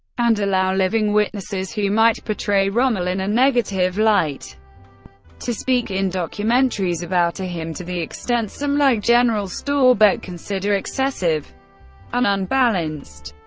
and allow living witnesses who might portray rommel in a negative light to speak in documentaries about him, to the extent some, like general storbeck, consider excessive and unbalanced.